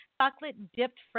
Chocolate-dipped